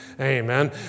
Amen